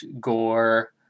gore